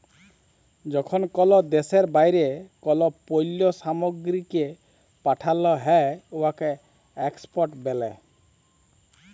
যখল কল দ্যাশের বাইরে কল পল্ল্য সামগ্রীকে পাঠাল হ্যয় উয়াকে এক্সপর্ট ব্যলে